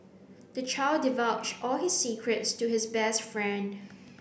the child divulged all his secrets to his best friend